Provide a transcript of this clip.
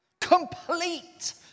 Complete